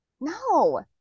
No